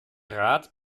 rat